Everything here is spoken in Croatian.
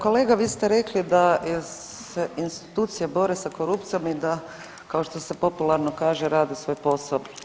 Kolega vi ste rekli da se institucije bore sa korupcijom i da kao što se popularno kaže, radi svoj posao.